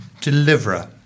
deliverer